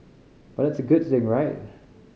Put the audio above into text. but that's a good thing right